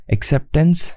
Acceptance